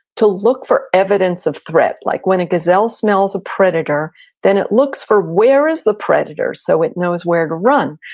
to look for evidence of threat. like, when a gazelle smells a predator then it looks for, where is the predator? so it knows where to run.